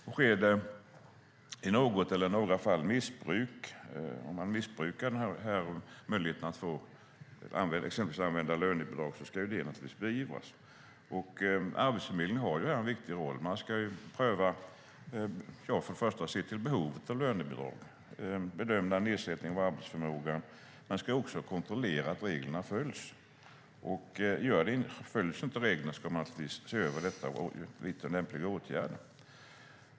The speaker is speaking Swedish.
Förekommer det missbruk i något eller några fall, så att man missbrukar möjligheten att exempelvis använda lönebidrag, ska det naturligtvis beivras. Arbetsförmedlingen har där en viktig roll. De ska först och främst se till behovet av lönebidrag och bedöma nedsättningen av arbetsförmågan. De ska också kontrollera att reglerna följs. Följs de inte ska man naturligtvis se över detta och vidta lämpliga åtgärder.